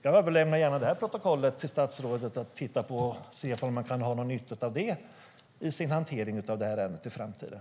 Jag överlämnar gärna det här protokollet till statsrådet att titta på och se om han kan ha någon nytta av det i sin hantering av ärendet i framtiden.